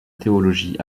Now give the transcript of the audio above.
théologie